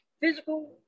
physical